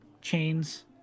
chains